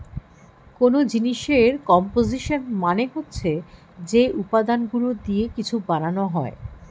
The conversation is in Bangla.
কোন জিনিসের কম্পোসিশন মানে হচ্ছে যে উপাদানগুলো দিয়ে কিছু বানানো হয়